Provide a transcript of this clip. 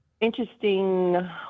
interesting